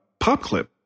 PopClip